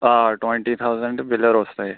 آ ٹُوَنٹی تھَوزَنٹہٕ بِلہِ رُستٕے